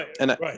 Right